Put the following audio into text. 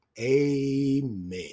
Amen